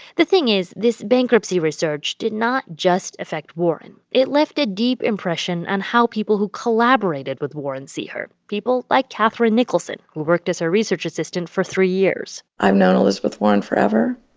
the thing is, this bankruptcy research did not just affect warren. it left a deep impression on how people who collaborated with warren see her, people like catherine nicholson, who worked as her research assistant for three years i've known elizabeth warren forever.